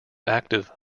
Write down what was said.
active